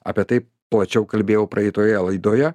apie tai plačiau kalbėjau praeitoje laidoje